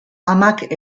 amak